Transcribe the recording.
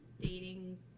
dating